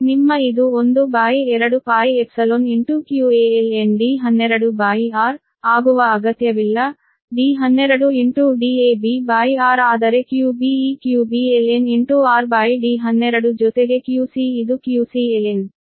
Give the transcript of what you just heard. ಆದ್ದರಿಂದ ನಿಮ್ಮ ಇದು 12πϵqalnD12r ಆಗುವ ಅಗತ್ಯವಿಲ್ಲ D12 Dabr ಆದರೆ qb ಈ qb ln ⁡rD12 ಜೊತೆಗೆ qc ಇದು qc ln